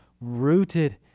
rooted